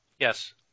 Yes